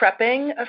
prepping